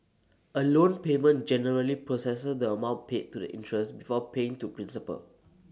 A loan payment generally processes the amount paid to interest before paying to principal